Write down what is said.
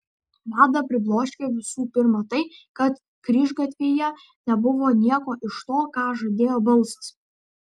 vadą pribloškė visų pirma tai kad kryžgatvyje nebuvo nieko iš to ką žadėjo balsas